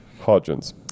Hodgins